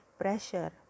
pressure